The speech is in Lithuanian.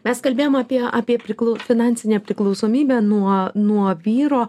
mes kalbėjom apie apie priklau finansinę priklausomybę nuo nuo vyro